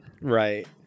Right